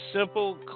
simple